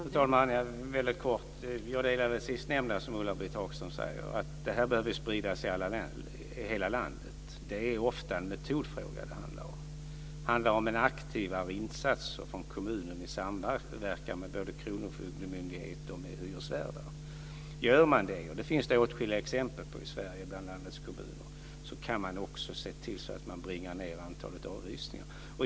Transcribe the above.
Fru talman! Väldigt kort: Jag delar det sistnämnda som Ulla-Britt Hagström säger, att det här behöver spridas i hela landet. Det handlar ofta om en metodfråga. Det handlar om en aktivare insats från kommunen i samverkan med både kronofogdemyndighet och med hyresvärdar. Gör man det - och det finns det åtskilliga exempel på i Sverige bland landets kommuner - kan man också se till att man bringar ned antalet avhysningar.